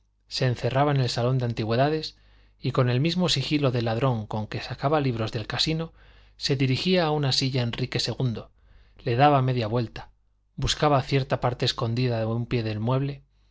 se encerraba en el salón de antigüedades y con el mismo sigilo de ladrón con que sacaba libros del casino se dirigía a una silla enrique ii le daba media vuelta buscaba cierta parte escondida de un pie del mueble